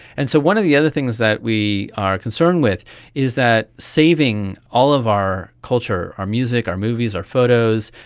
and so one of the other things that we are concerned with is that saving all of our culture, our music, our movies, our photos,